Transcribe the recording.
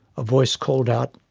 a voice called out,